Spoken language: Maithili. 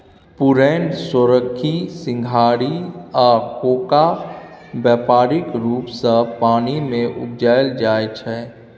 पुरैण, सोरखी, सिंघारि आ कोका बेपारिक रुप सँ पानि मे उपजाएल जाइ छै